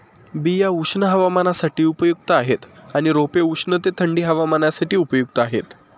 बिया उष्ण हवामानासाठी उपयुक्त आहेत आणि रोपे उष्ण ते थंडी हवामानासाठी उपयुक्त आहेत